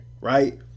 right